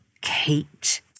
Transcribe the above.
Kate